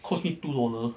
costs me two dollar